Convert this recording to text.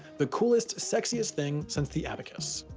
the coolest, sexiest thing since the abacus.